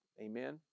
amen